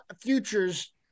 futures